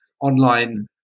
Online